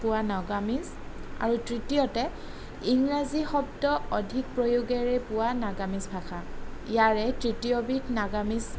পোৱা নাগামিজ আৰু তৃতীয়তে ইংৰাজী শব্দ অধিক প্ৰয়োগেৰে পোৱা নাগামিজ ভাষা ইয়াৰে তৃতীয়বিধ নাগামিজ